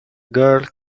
girl